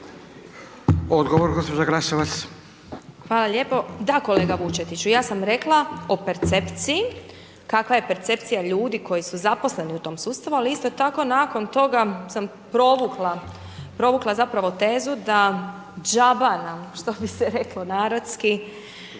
Odgovor gospođo Glasovac. **Glasovac, Sabina (SDP)** Da, kolega Vučetiću, ja sam rekla o percepciji kakva je percepcija ljudi koji su zaposleni u tom sustavu ali isto tako nakon toga sam provukla zapravo tezu da džaba nam što bi se reklo narodski